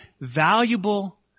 valuable